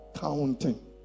Counting